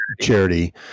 charity